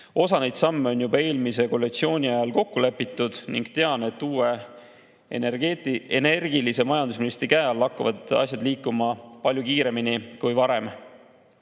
Osa neid samme on juba eelmise koalitsiooni ajal kokku lepitud. Tean, et uue energilise majandusministri käe all hakkavad asjad liikuma palju kiiremini kui varem.